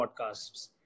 podcasts